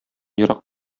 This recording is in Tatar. ерак